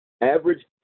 average